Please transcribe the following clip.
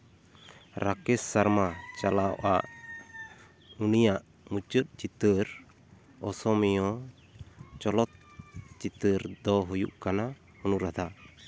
ᱨᱟᱠᱮᱥ ᱥᱟᱨᱢᱟ ᱪᱟᱞᱟᱣ ᱟᱜ ᱩᱱᱤᱭᱟᱜ ᱢᱩᱪᱟᱹᱫ ᱪᱤᱛᱟᱹᱨ ᱚᱥᱚᱢᱤᱭᱚ ᱪᱚᱞᱚᱛ ᱪᱤᱛᱟᱹᱨ ᱫᱚ ᱦᱩᱭᱩᱜ ᱠᱟᱱᱟ ᱚᱱᱩᱨᱟᱫᱷᱟ